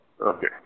Okay